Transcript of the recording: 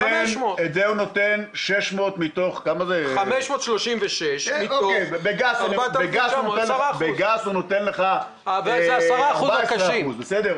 500. במספרים גסים הוא נותן 14%. לא.